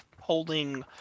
holding